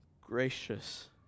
gracious